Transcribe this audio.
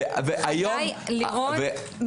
לירון,